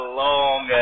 long